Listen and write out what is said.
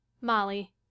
Molly